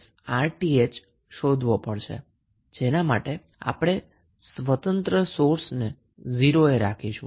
જેના માટે આપણે ઇંડિપેન્ડન્ટ સોર્સને ઝીરો એ રાખીશું અને ડિપેન્ડન્ટ સોર્સને કનેક્ટ કરી રાખીશું